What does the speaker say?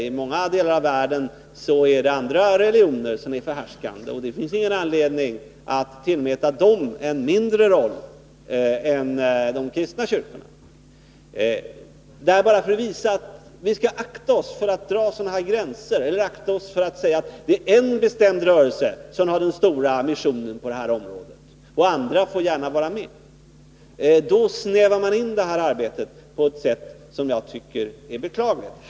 I många delar av världen är andra religioner än den kristna förhärskande, och det finns ingen anledning att tillmäta dem mindre betydelse än den kristna. Jag säger detta bara för att visa att vi skall akta oss för att dra upp sådana här gränser eller för att säga att det bara är en bestämd rörelse som kan bedriva den stora missionen på det här området, men att andra gärna får vara med. Då snävar man in det här arbetet på ett sätt som jag tycker är beklagligt.